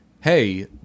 Hey